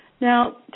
Now